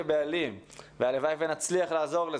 הלוואי שנצליח לעזור,